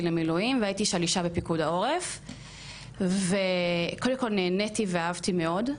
למילואים והייתי שלישה בפיקוד העורף וקודם כל נהניתי ואהבתי מאוד,